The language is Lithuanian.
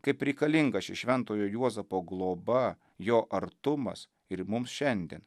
kaip reikalinga ši šventojo juozapo globa jo artumas ir mums šiandien